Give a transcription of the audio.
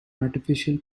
artificial